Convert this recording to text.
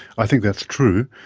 i think that's true.